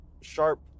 sharp